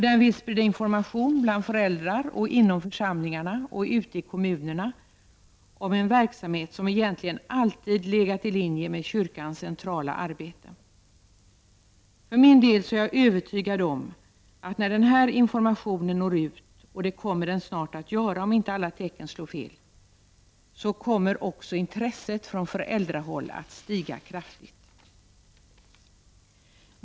Den vill sprida information bland föräldrar inom församlingarna och i kommunerna om en verksamhet som egentligen alltid har legat i linje med kyrkans centrala arbete. Jag är för min del övertygad om, att när denna information når ut, och det kommer den snart att göra om inte alla tecken slår fel, kommer också intresset från föräldrahåll att stiga kraftigt.